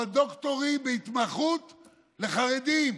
אבל דוקטורים בהתמחות לחרדים.